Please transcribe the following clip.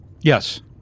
Yes